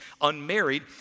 unmarried